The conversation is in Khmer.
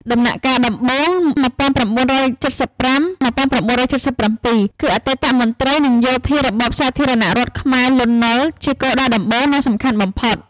ដំណាក់កាលដំបូង ១៩៧៥-១៩៧៧ គឺអតីតមន្ត្រីនិងយោធារបបសាធារណរដ្ឋខ្មែរ លន់ នល់ ជាគោលដៅដំបូង និងសំខាន់បំផុត។